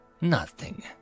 Nothing